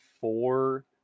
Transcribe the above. four